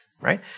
right